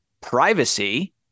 Privacy